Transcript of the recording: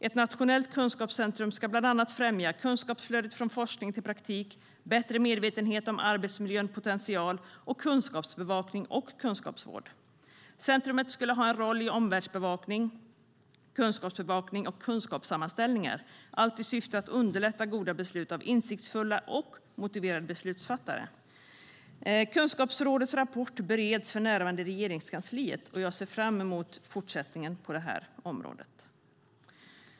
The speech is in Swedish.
Ett nationellt kunskapscentrum skulle bland annat främja kunskapsflödet från forskning till praktik, bättre medvetenhet om arbetsmiljöns potential, kunskapsbevakning och kunskapsvård. Centrumet skulle ha en roll i omvärldsbevakning, kunskapsbevakning och kunskapssammanställningar - allt i syfte att underlätta goda beslut av insiktsfulla och motiverade beslutsfattare. Kunskapsrådet rapport bereds för närvarande i Regeringskansliet. Jag ser fram emot fortsättningen på detta område.